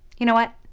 you know what,